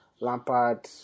Lampard